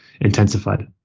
intensified